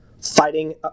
fighting